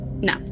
No